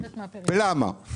למה?